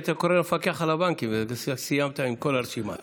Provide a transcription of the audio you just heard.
היית קורא למפקח על הבנקים ובזה סיימת עם כל הרשימה.